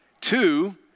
Two